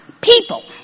people